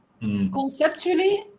conceptually